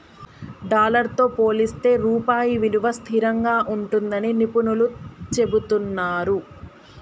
dollar తో పోలిస్తే రూపాయి విలువ స్థిరంగా ఉంటుందని నిపుణులు చెబుతున్నరు